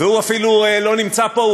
והוא אפילו לא נמצא פה,